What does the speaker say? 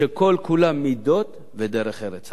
שכל כולה מידות ודרך ארץ,